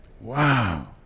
Wow